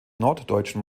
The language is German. norddeutschen